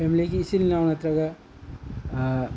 ꯐꯦꯃꯂꯤꯒꯤ ꯏꯆꯤꯟ ꯏꯅꯥꯎ ꯅꯠ꯭ꯇꯔꯒ